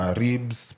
ribs